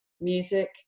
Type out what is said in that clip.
music